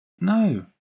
no